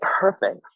perfect